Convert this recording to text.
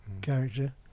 character